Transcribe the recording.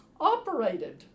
operated